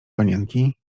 panienki